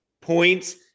points